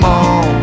on